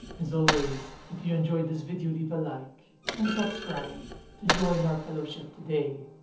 as always if you enjoyed this video leave a like and subscribe to join our fellowship today!